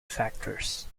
factors